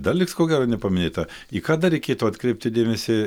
dar liks ko gero nepaminėta į ką dar reikėtų atkreipti dėmesį